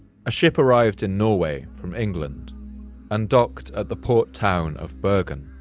a ship arrived in norway from england and docked at the port town of bergen.